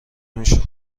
میشد